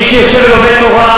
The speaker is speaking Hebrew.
מי שיושב ולומד תורה,